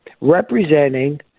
representing